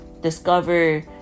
discover